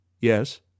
Yes